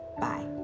Bye